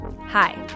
Hi